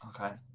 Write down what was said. Okay